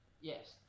Yes